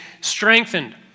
strengthened